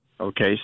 Okay